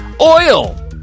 Oil